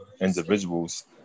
individuals